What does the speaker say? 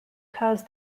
cause